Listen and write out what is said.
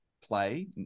play